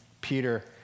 Peter